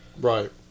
Right